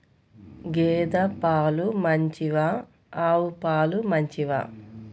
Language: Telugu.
గేద పాలు మంచివా ఆవు పాలు మంచివా?